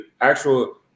actual